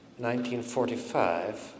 1945